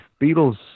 Beatles